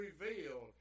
revealed